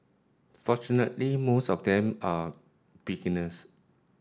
fortunately most of them are beginners